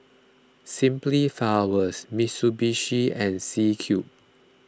Simply Flowers Mitsubishi and C Cube